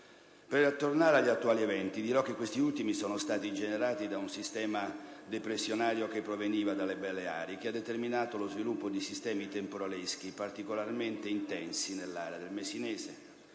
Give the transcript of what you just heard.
Per tornare agli attuali eventi, dirò che questi ultimi sono stati generati da un sistema depressionario che proveniva dalle Baleari, che ha determinato lo sviluppo di sistemi temporaleschi particolarmente intensi nell'area del messinese.